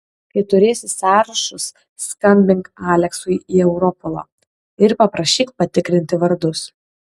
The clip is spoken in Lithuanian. kai turėsi sąrašus skambink aleksui į europolą ir paprašyk patikrinti vardus